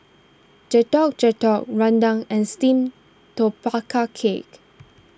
Getuk Getuk Rendang and Steamed Tapioca Cake